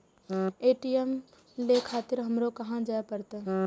ATM ले खातिर हमरो कहाँ जाए परतें?